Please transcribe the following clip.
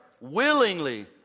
willingly